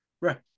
right